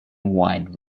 wine